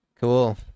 Cool